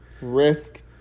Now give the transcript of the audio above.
Risk